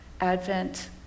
Advent